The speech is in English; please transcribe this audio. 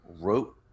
wrote